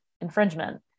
infringement